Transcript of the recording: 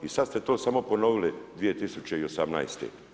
I sad ste to samo ponovili 2018.